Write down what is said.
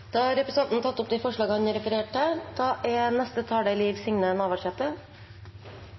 Da har representanten Jon Engen-Helgheim tatt opp de forslagene han refererte til.